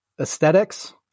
aesthetics